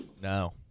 No